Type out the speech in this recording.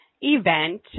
event